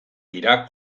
dira